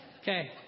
Okay